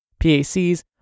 PACs